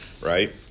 Right